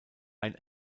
ein